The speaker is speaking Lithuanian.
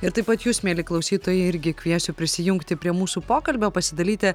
ir taip pat jus mieli klausytojai irgi kviečiu prisijungti prie mūsų pokalbio pasidalyti